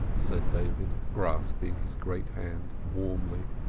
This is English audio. said david, grasping his great hand warmly.